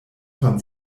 von